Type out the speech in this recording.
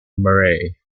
marae